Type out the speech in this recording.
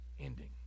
ending